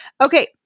Okay